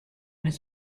has